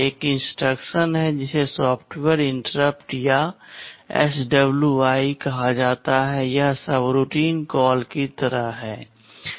एक इंस्ट्रक्शन है जिसे सॉफ्टवेयर इंटरप्ट या SWI कहा जाता है यह सबरूटीन कॉल की तरह है